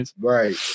right